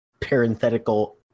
parenthetical